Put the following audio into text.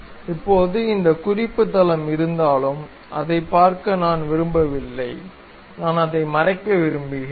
இப்போது இந்த குறிப்பு தளம் இருந்தாலும் அதைப் பார்க்க நான் விரும்பவில்லை நான் அதை மறைக்க விரும்புகிறேன்